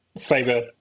favor